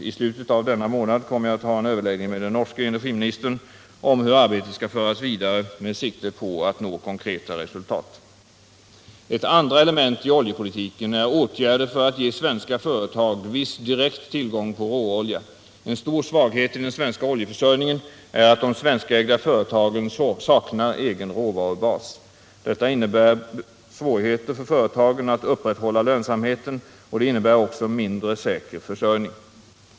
I slutet av denna månad kommer jag att ha en överläggning med den norske energiministern om hur arbetet skall föras vidare med sikte på att nå konkreta resultat. Ett andra element i oljepolitiken är åtgärder för att ge svenska företag viss direkt tillgång på råolja. En stor svaghet i den svenska oljeförsörjningen är att de svenskägda företagen saknar egen råvarubas. Detta innebär svårigheter för företagen att upprätthålla lönsamheten, och det innebär också mindre säker försörjning.